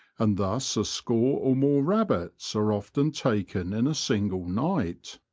and thus a score or more rabbits are often taken in a single night.